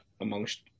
amongst